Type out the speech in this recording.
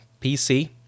PC